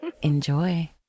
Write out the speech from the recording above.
enjoy